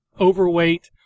overweight